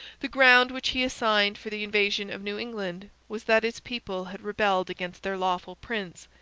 the ground which he assigned for the invasion of new england was that its people had rebelled against their lawful prince,